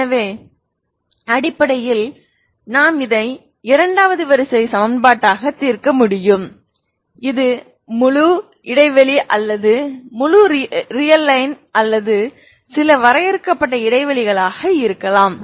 எனவே அடிப்படையில் நான் இந்த இரண்டாவது வரிசை சமன்பாட்டை தீர்க்க முடியும் இது முழு இடைவெளி அல்லது முழு ரியல் லைன் அல்லது சில வரையறுக்கப்பட்ட இடைவெளிகளாக இருக்கலாம்